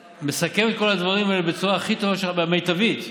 שמסכמת את כל הדברים האלה בצורה הכי טובה, מיטבית.